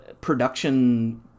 production